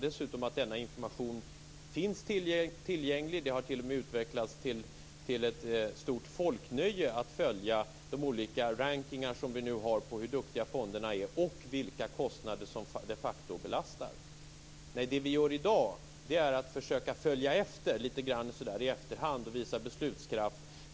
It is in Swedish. Dessutom finns den här informationen tillgänglig. Det har t.o.m. utvecklats till ett stort folknöje att följa de olika rankingar som finns när det gäller att se hur duktiga fonderna är och vilka kostnader som de facto belastar. I dag försöker vi följa efter lite i efterhand och visa beslutskraft.